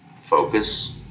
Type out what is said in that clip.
focus